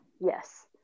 Yes